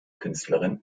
künstlerin